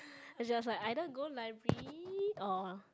as in I was like either go library or